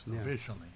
officially